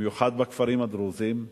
במיוחד בכפרים הדרוזיים,